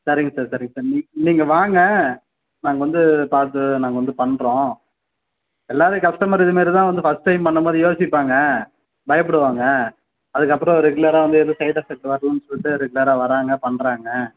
சரிங்க சார் சரிங்க சார் நீ நீங்கள் வாங்க நாங்கள் வந்து பார்த்து நாங்கள் வந்து பண்றோம் எல்லோரும் கஸ்டமர் இதுமாதிரி தான் வந்து ஃபஸ்ட் டைம் அந்தமாதிரி யோசிப்பாங்க பயப்படுவாங்க அதுக்கப்புறம் ரெகுலராக வந்து எதுவும் சைட் எஃபெக்ட் வரலன்னு சொல்லிட்டு ரெகுலராக வராங்க பண்றாங்க